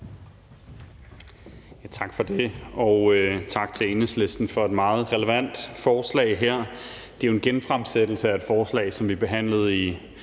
Tak for det, og tak til Enhedslisten for et meget relevant forslag. Det er jo en genfremsættelse af et forslag, som vi behandlede i,